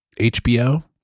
HBO